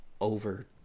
over